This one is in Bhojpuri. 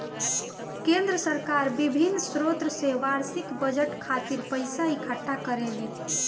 केंद्र सरकार बिभिन्न स्रोत से बार्षिक बजट खातिर पइसा इकट्ठा करेले